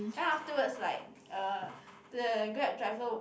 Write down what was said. then afterwards like uh the Grab driver